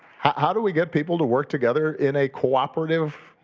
how how do we get people to work together in a cooperative,